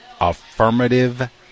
affirmative